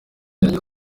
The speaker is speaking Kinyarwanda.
yagize